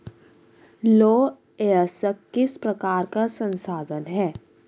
लौह अयस्क किस प्रकार का संसाधन है?